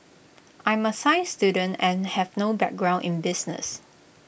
I'm A science student and have no background in business